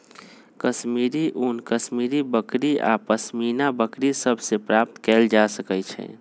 कश्मीरी ऊन कश्मीरी बकरि आऽ पशमीना बकरि सभ से प्राप्त कएल जाइ छइ